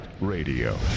Radio